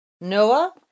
Noah